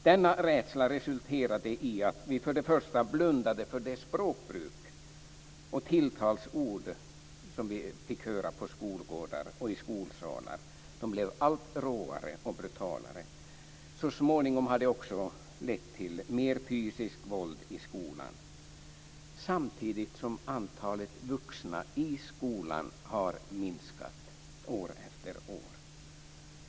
Denna rädsla har först och främst resulterat i att vi har blundat för det språkbruk och de tilltalsord som vi har fått höra på skolgårdar och i skolsalar. De har blivit allt råare och brutalare. Så småningom har det också lett till mer fysiskt våld i skolan samtidigt som antalet vuxna i skolan har minskat år efter år.